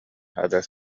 адьас